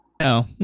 No